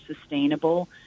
sustainable